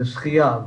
לשחייה,